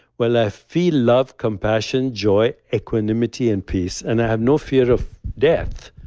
where like i feel love, compassion, joy equanimity and peace and i have no fear of death,